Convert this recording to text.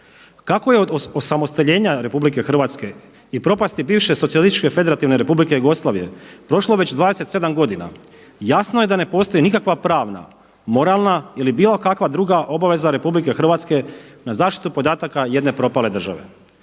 Kako je od osamostaljenja Republike Hrvatske i propasti bivše socijalističke federativne Republike Jugoslavije prošlo već 27 godina jasno je da ne postoji nikakva pravna, moralna ili bilo kakva druga obaveza Republike Hrvatske na zaštitu podataka jedne propale države.